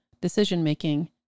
decision-making